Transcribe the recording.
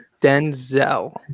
Denzel